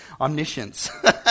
omniscience